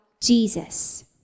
Jesus